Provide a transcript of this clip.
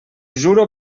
juro